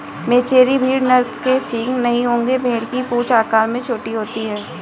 मेचेरी भेड़ नर के सींग नहीं होंगे भेड़ की पूंछ आकार में छोटी होती है